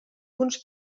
punts